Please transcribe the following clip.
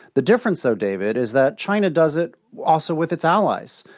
the difference though, david, is that china does it also with its allies.